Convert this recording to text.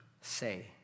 Say